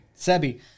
Sebi